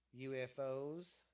UFOs